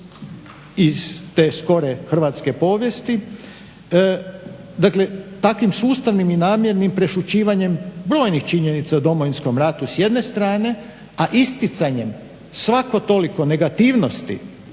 iz te skore hrvatske povijesti. Dakle, sustavnim i namjernim prešućivanjem brojnih činjenica o Domovinskom ratu s jedne strane, a isticanjem savko toliko negativnosti